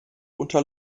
unter